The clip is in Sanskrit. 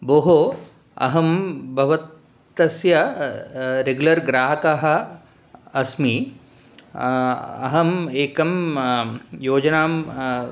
भोः अहं भव तस्य रेगुलर् ग्राहकः अस्मि अहम् एकं योजनां